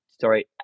Sorry